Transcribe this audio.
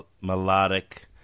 melodic